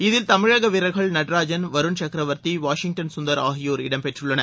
இதில் தமிழக வீரா்கள் நடராஜன் வருண் சக்கரவாத்தி வாஷிங்டன் கந்தர் ஆகியோர் இடம்பெற்றுள்ளனர்